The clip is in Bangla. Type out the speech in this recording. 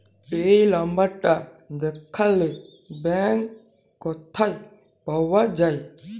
এই লম্বরটা দ্যাখলে ব্যাংক ক্যথায় পাউয়া যায়